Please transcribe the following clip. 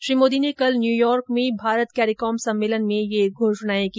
श्री मोदी ने कल न्यूयोर्क में भारत कैरिकॉम सम्मेलन में ये घोषणा की